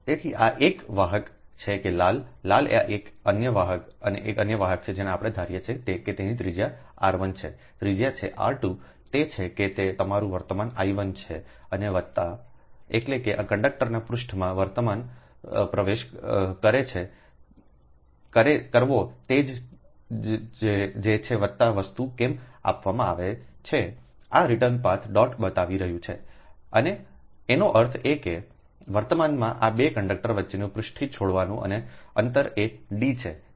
તેથી આ એક વાહક છે કે લાલ લાલ આ એક અન્ય વાહક છે આપણે ધારીએ છીએ કે તેની ત્રિજ્યા r1 છે ત્રિજ્યા છે r2 તે છે કે તે તમારું વર્તમાન I1 છે અને વત્તા એટલે કે કંડક્ટરના પૃષ્ઠમાં વર્તમાન પ્રવેશ કરવો તે જ છે વત્તા વસ્તુ કેમ આપવામાં આવે છે આ રીટર્ન પાથ ડોટ બતાવી રહ્યું છેએનો અર્થ એ કે વર્તમાનમાં આ 2 કંડક્ટર વચ્ચેનું પૃષ્ઠ છોડવું અને અંતર એ D છે